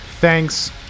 Thanks